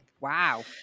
Wow